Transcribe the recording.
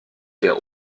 der